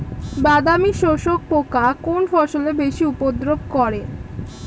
বাদামি শোষক পোকা কোন ফসলে বেশি উপদ্রব করে?